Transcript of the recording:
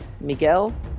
Miguel